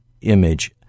image